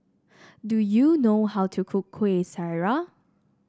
do you know how to cook Kueh Syara